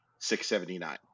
679